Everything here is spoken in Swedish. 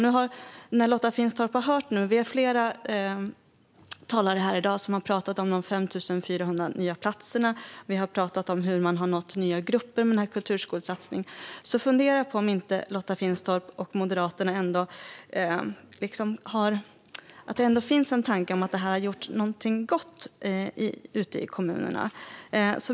Nu har Lotta Finstorp hört flera talare i dag tala om de 5 400 nya platserna. Vi har talat om hur man har nått nya grupper med kulturskolesatsningen. Då undrar jag om inte Lotta Finstorp och Moderaterna ändå kan tycka att det här har gjort något gott ute i kommunerna.